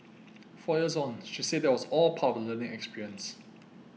four years on she said that was all part of the learning experience